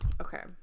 Okay